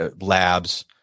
labs